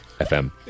FM